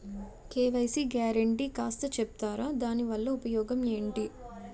KYC guarantee కాస్త చెప్తారాదాని వల్ల ఉపయోగం ఎంటి?